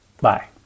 Bye